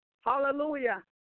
hallelujah